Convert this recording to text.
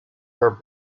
her